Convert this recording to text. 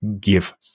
give